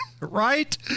Right